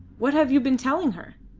what have you been telling her?